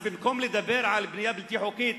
אז במקום לדבר על בנייה בלתי חוקית